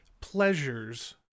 pleasures